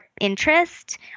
interest